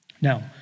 Now